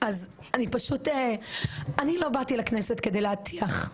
אני לא באתי לכנסת כדי להטיח.